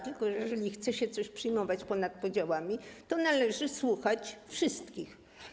Tylko że jeżeli chce się coś przyjmować ponad podziałami, to należy słuchać wszystkich.